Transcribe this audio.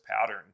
pattern